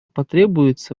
потребуется